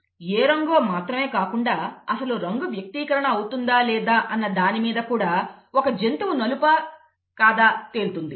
కాబట్టి ఏ రంగో మాత్రమే కాకుండా అసలు రంగు వ్యక్తీకరణ అవుతుందా లేదా అన్న దాని మీద కూడా ఒక జంతువు నలుపా కదా తేలుతుంది